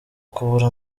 kubura